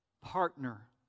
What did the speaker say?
Partner